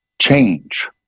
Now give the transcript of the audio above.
change